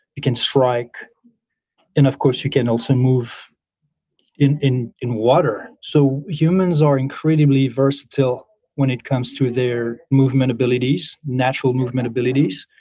you can strike and of course you can also move in in water. so humans are incredibly versatile when it comes to their movement abilities, natural movement abilities.